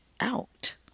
out